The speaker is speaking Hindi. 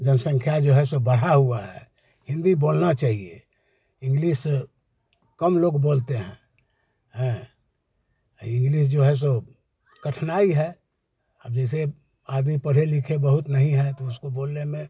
जनसंख्या जो है सो बढ़ा हुआ है हिंदी बोलना चाहिए इंग्लिश कम लोग बोलते हैं है इंग्लिश जो है सो कठिनाई है जैसे आदमी पढ़े लिखे बहुत नहीं है तो उसको बोलने में